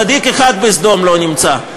צדיק אחד בסדום לא נמצא.